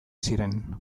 ziren